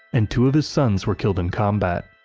and two of his sons were killed in combat.